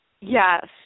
Yes